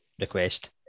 request